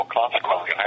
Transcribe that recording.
consequently